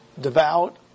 devout